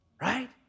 right